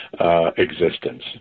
existence